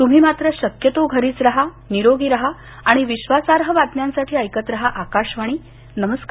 तुम्ही मात्र शक्यतो घरीच राहा निरोगी राहा आणि विश्वासार्ह बातम्यांसाठी ऐकत राहा आकाशवाणी नमस्कार